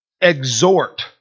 exhort